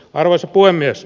arvoisa puhemies